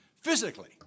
physically